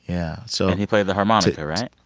yeah. so. and he played the harmonica, right?